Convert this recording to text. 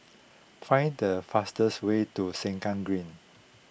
find the fastest way to Sengkang Green